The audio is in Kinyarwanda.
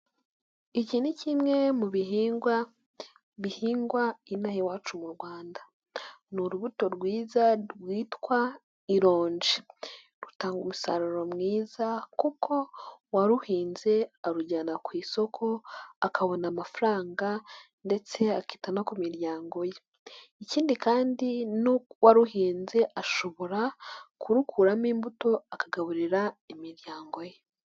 iIi ni kimwe mu bihingwa bihingwa ino aha iwacu mu Rwanda, ni urubuto rwiza rwitwa ironji, rutanga umusaruro mwiza kuko uwaruhinze arujyana ku isoko akabona amafaranga ndetse akita no ku miryango ye, ikindi kandi n'uwaruhinze ashobora kurukuramo imbuto akagaburira imiryango ye.